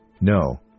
no